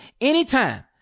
anytime